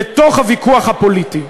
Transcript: לתוך הוויכוח הפוליטי.